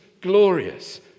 glorious